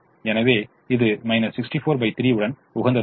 எனவே இது 643 உடன் உகந்ததாகும்